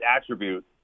attribute